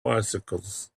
bicycles